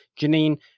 Janine